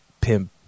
pimp